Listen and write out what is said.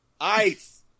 ice